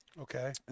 Okay